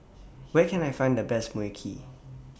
Where Can I Find The Best Mui Kee